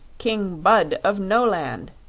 king bud of noland.